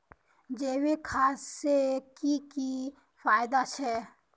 जैविक खाद से की की फायदा छे?